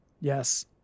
Yes